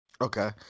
Okay